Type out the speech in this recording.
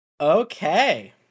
Okay